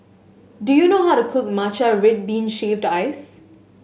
do you know how to cook matcha red bean shaved ice